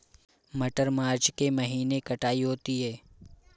मटर मार्च के महीने कटाई होती है?